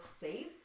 safe